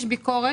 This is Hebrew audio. יש ביקורת,